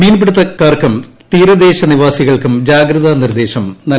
മീൻപിടുത്തക്കാർക്കും തീരദേശനിവാസികൾക്കും ജാഗ്രതാ നിർദ്ദേശം നൽകി